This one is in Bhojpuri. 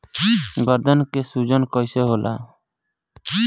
गर्दन के सूजन कईसे होला?